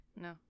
No